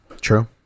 True